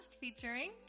featuring